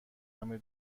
همه